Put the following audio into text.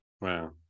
Wow